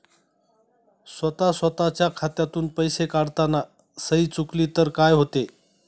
स्वतः स्वतःच्या खात्यातून पैसे काढताना सही चुकली तर काय होते?